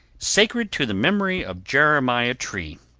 sacred to the memory of jeremiah tree.